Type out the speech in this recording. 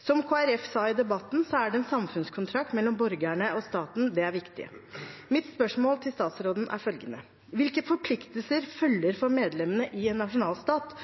Som Kristelig Folkeparti sa i debatten, er det en samfunnskontrakt mellom borgerne og staten – det er viktig. Mitt spørsmål til statsråden er følgende: Hvilke forpliktelser følger for medlemmene i en nasjonalstat,